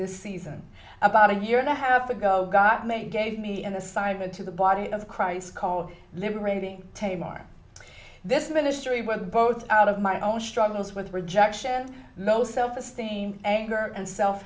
this season about a year and a half ago god made gave me an assignment to the body of christ called liberating tame our this ministry were both out of my own struggles with rejection no self esteem anger and self